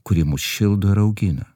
kuri mus šildo ir augina